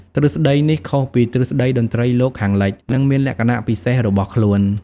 ទ្រឹស្ដីនេះខុសពីទ្រឹស្ដីតន្ត្រីលោកខាងលិច ហើយមានលក្ខណៈពិសេសរបស់ខ្លួន។